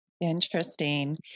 interesting